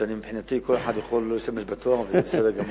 מבחינתי כל אחד יכול לא להשתמש בתואר וזה בסדר גמור.